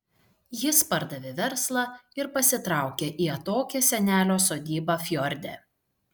jis pardavė verslą ir pasitraukė į atokią senelio sodybą fjorde